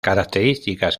características